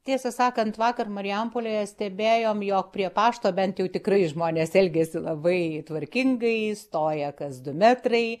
tiesą sakant vakar marijampolėje stebėjom jog prie pašto bent jau tikrai žmonės elgiasi labai tvarkingai stoja kas du metrai